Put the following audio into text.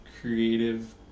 creative